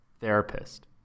therapist